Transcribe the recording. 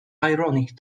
ironic